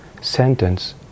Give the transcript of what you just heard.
sentence